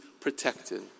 protected